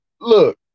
Look